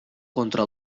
contra